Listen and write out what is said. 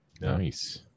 Nice